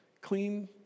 clean